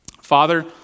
Father